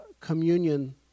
communion